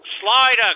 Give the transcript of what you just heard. Slider